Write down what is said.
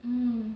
mm